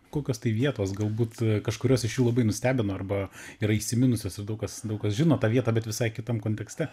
kokios tai vietos galbūt kažkurios iš jų labai nustebino arba yra įsiminusios ir daug kas daug kas žino tą vietą bet visai kitam kontekste